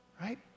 Right